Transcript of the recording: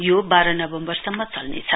यो बाह्र नबम्बरसम्म चल्नेछ